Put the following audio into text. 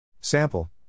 Sample